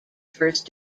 first